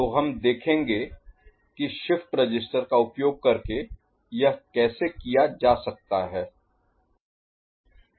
तो हम देखेंगे कि शिफ्ट रजिस्टर का उपयोग करके यह कैसे किया जा सकता है